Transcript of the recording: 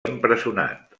empresonat